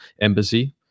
embassy